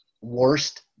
worst